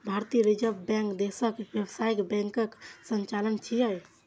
भारतीय reserve bank देशक व्यावसायिक बैंकक संचालक छियै